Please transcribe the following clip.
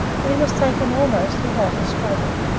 and he was taken almost without a struggle,